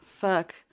Fuck